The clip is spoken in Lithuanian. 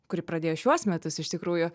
kuri pradėjo šiuos metus iš tikrųjų